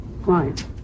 Right